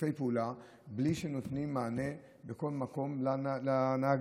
ושיתופי פעולה שנותנים מענה בכל מקום לנהגים.